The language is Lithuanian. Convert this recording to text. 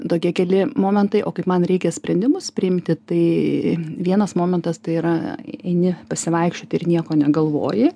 tokie keli momentai o kai man reikia sprendimus priimti tai vienas momentas tai yra eini pasivaikščioti ir nieko negalvoji